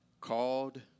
called